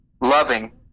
loving